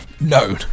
known